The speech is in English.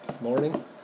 Morning